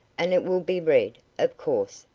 and it will be read, of course,